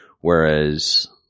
whereas